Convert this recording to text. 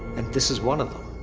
and this is one of them.